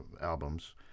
albums